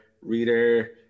reader